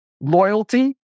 loyalty